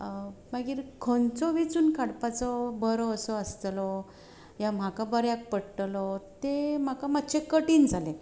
मागीर खंयचो वेंचून काडपाचो बरो असो आसतलो या म्हाका बऱ्याक पडटलो तें म्हाका मातशें कठीण जालें